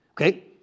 okay